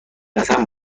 قسم